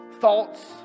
thoughts